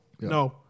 No